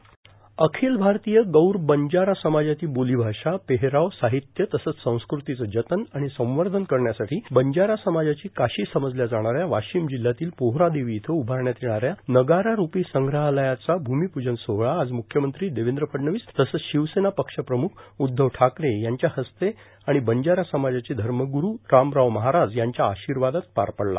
र्अाखल भारतीय गौर बंजारा समाजाची बोलो भाषा पेहराव साहत्य तसंच संस्कृतीचं जतन आाण संवधन करण्यासाठी बंजारा समाजाची काशी समजल्या जाणाऱ्या वर्ाशम जिल्ह्यातील पोहरादेवी इथं उभारण्यात येणाऱ्या नगारा रुपी संग्रहालयाचा भूर्ममपूजन सोहळा आज मुख्यमंत्री देवद्र फडणवीस तसंच शिवसेना पक्षप्रमुख उद्धव ठाकरे यांच्या हस्ते आर्गाण बंजारा समाजाचे धमग्रू रामराव महाराज यांच्या आशीवादान पार पडला